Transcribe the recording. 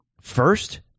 First